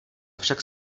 však